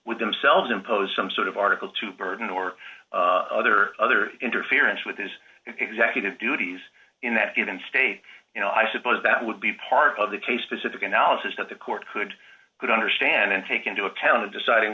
with themselves impose some sort of article to burden or other other interference with his executive duties in that given state you know i suppose that would be part of the case specific analysis that the court could could understand and take into account in deciding